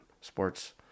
sports